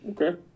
Okay